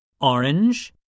orange